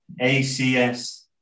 ACS